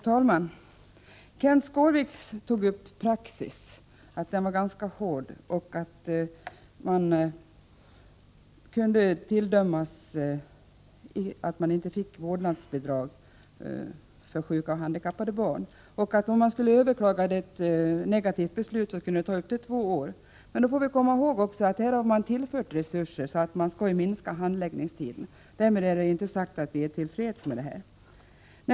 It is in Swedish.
Herr talman! Kenth Skårvik sade att den praxis som gäller är ganska hård och att man inte får vårdbidrag för alla sjuka och handikappade barn. Han sade också att det kunde ta upp till två år att överklaga ett negativt beslut. Vi måste emellertid komma ihåg att resurser har tillförts så att handläggningstiden skall minska — därmed inte sagt att vi är till freds.